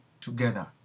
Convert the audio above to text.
together